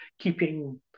keeping